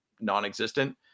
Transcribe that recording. non-existent